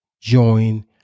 join